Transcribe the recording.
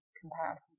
comparison